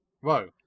Whoa